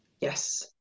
Yes